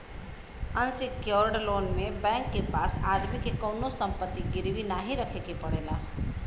unsecured loan में bank के पास आदमी के कउनो संपत्ति गिरवी नाहीं रखे के पड़ला